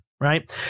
Right